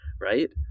right